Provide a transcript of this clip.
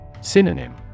Synonym